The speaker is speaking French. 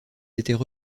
étaient